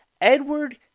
Edward